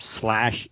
slash